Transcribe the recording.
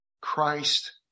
Christ